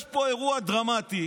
יש פה אירוע דרמטי